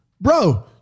bro